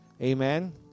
Amen